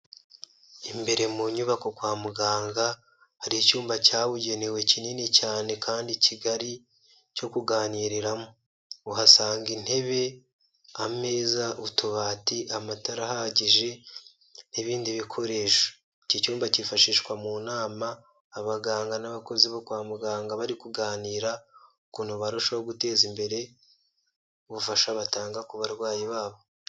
Imbere mu nyubako kwa muganga hari icyumba cyabugenewe kinini cyane kandi kigali cyo kuganiriramo uhasanga intebe, ameza, utubati, amatara ahagije n'ibindi bikoresho iki cyumba cyifashishwa mu nama abaganga n'abakozi bo kwa muganga bari kuganira ukuntu barushaho guteza imbere ubufasha batanga ku barwayi babo.